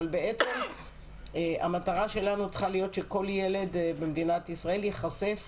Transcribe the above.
אבל בעצם המטרה שלנו צריכה להיות שכל ילד במדינת ישראל ייחשף